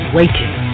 waiting